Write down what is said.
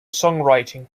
songwriting